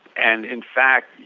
and in fact,